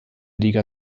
liga